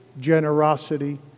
generosity